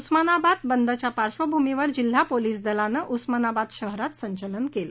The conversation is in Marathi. उस्मानाबाद बंदच्या पार्श्वभूमीवर जिल्हा पोलीस दलाने उस्मानाबाद शहरात संचालन केले